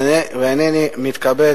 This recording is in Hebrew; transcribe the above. והנני מתכבד